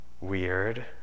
weird